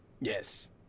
Yes